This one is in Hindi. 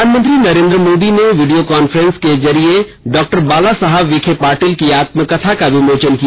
प्रधानमंत्री नरेन्द्र मोदी ने वीडियो कांफ्रेंस के जरिए डॉक्टर बालासाहेब विखे पाटिल की आत्मकथा का विमोचन किया